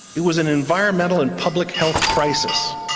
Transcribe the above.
it was an environmental and public health crisis.